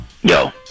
Yo